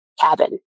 cabin